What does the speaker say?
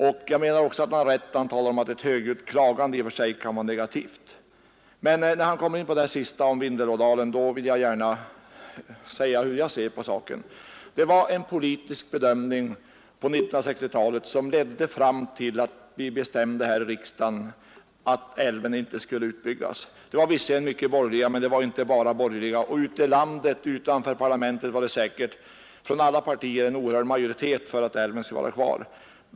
Jag menar också att han har rätt då han säger att ett högljutt klagande i och för sig kan vara negativt. Men när han kommer in på Vindelådalen vill jag gärna säga hur jag ser på saken. På 1960-talet ledde en politisk bedömning fram till att vi här i riksdagen bestämde att älven inte skulle utbyggas. Det var visserligen många borgerliga bland dem som röstade mot utbyggnad men det var inte bara borgerliga, och ute i landet utanför parlamentet fanns det säkert i alla partier en oerhörd majoritet för att älven skulle vara kvar.